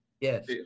Yes